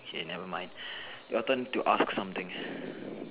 okay never mind your turn to ask something